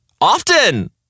Often